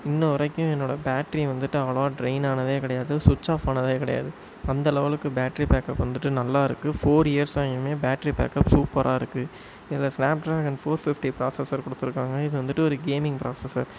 இன்னை வரைக்கும் என்னோட பேட்ரி வந்துவிட்டு அவ்வளோவா டிரைன் ஆனதே கிடையாது சுட்ச் ஆஃப் ஆனதே கிடையாது அந்த லெவலுக்கு பேட்ரி பேக்கப் வந்துட்டு நல்லா இருக்கு ஃபோர் இயர்ஸ் ஆயுமே பேட்டரி பேக்கப் சூப்பராக இருக்கு இதில் Snapdragon four fifty processor கொடுத்துருக்காங்க இது வந்துவிட்டு ஒரு கேமிங் ப்ராசஸர்